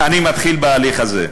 אני מתחיל בהליך הזה.